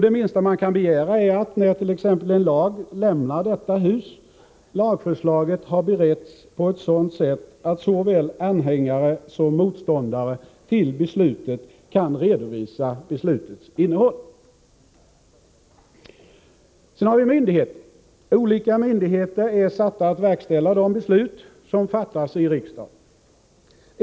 Det minsta man kan begära är att när t.ex. en lag lämnar detta hus, lagförslaget har beretts på ett sådant sätt att såväl anhängare som motståndare till beslutet kan redovisa beslutets innehåll. Olika myndigheter är satta att verkställa de beslut som fattas i riksdagen.